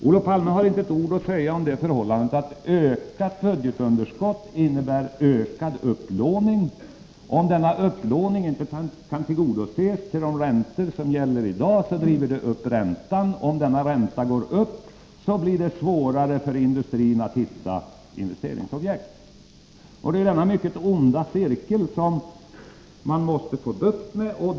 Olof Palme har nämligen inte ett ord att säga om det förhållandet att ett ökat budgetunderskott innebär ett ökat behov av upplåning. Om denna upplåning inte kan ske till de räntor som gäller i dag, så driver detta upp räntan. Om räntan går upp, så blir det svårare för industrin att finna investeringsobjekt. Denna mycket onda cirkel måste man få bukt med.